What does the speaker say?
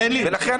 ולכן